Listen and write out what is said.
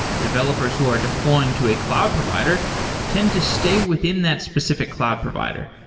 developers who are deploying to a cloud provider tend to stay within that specific cloud provider,